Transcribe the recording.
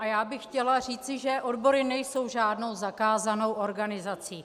Já bych chtěla říci, že odbory nejsou žádnou zakázanou organizací.